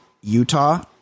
Utah